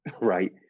right